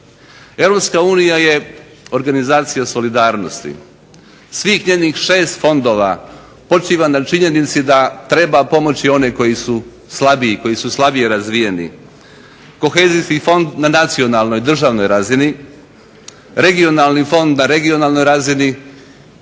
Europska unija je organizacija solidarnosti. Svih njenih šest fondova počiva na činjenici da treba pomoći one koji su slabiji, koji su slabije razvijeni. Kohezijski fond na nacionalnoj, državnoj razini. Regionalni fond na regionalnoj razini